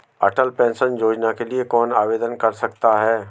अटल pension योजना के लिए कौन आवेदन कर सकता है?